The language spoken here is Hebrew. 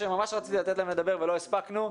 שממש רציתי לתת להם לדבר ולא הספקנו,